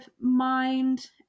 mind